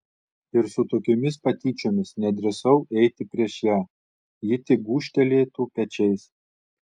ir su tokiomis patyčiomis nedrįsau eiti prieš ją ji tik gūžtelėtų pečiais